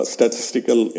Statistical